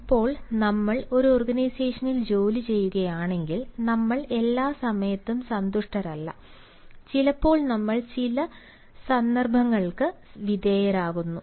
ഇപ്പോൾ നമ്മൾ ഒരു ഓർഗനൈസേഷനിൽ ജോലി ചെയ്യുകയാണെങ്കിൽ നമ്മൾ എല്ലാ സമയത്തും സന്തുഷ്ടരല്ല ചിലപ്പോൾ നമ്മൾ ചില സമ്മർദ്ദങ്ങൾക്ക് വിധേയരാകുന്നു